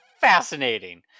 fascinating